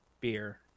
beer